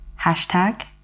hashtag